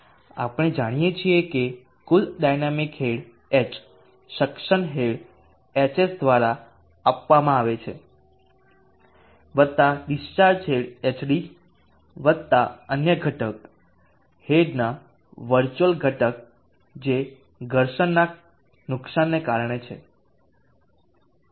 આપણે જાણીએ છીએ કે કુલ dynamic head h suction head hs દ્વારા આપવામાં આવે છે વત્તા ડીસ્ચાર્જ હેડ hd વત્તા અન્ય ઘટક હેડના વર્ચ્યુઅલ ઘટક જે ઘર્ષણના નુકસાનને કારણે છે